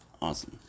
Awesome